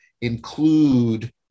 include